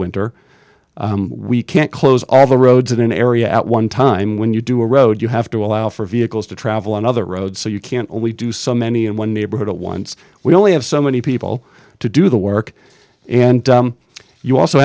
winter we can't close all the roads in an area at one time when you do a road you have to allow for vehicles to travel on other roads so you can only do so many and one neighborhood at once we only have so many people to do the work and you also